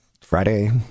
Friday